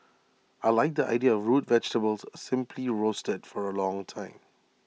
I Like the idea root vegetables simply roasted for A long time